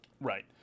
Right